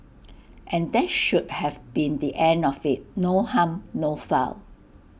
and that should have been the end of IT no harm no foul